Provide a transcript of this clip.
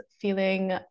feeling